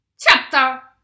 Chapter